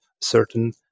certain